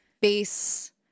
base